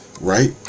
right